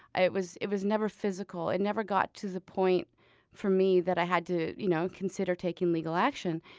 it was it was never physical. it never got to the point for me that i had to you know consider taking legal action.